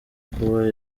kuba